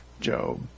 Job